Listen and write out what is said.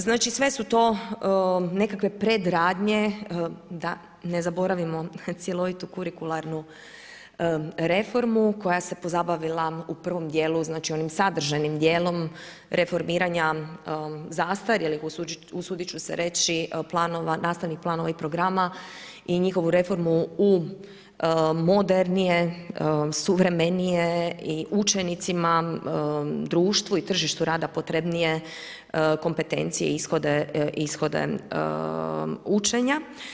Znači sve su to nekakve predradnje da ne zaboravimo cjelovitu kurikularnu reformu koja se pozabavila u prvom dijelu onim sadržajnim dijelom reformiranja zastarjelih, usudit ću se reći, nastavnih planova i programa i njihovu reformu u modernije, suvremenije i učenicima društvu i tržištu rada potrebnije kompetencije i ishode učenja.